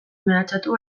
mehatxatu